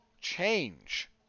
change